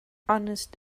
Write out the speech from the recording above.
honest